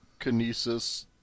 Kinesis